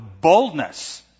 boldness